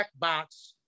checkbox